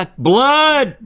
ah blood!